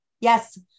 Yes